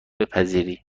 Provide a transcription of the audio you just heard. بپذیری